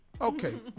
Okay